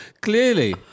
Clearly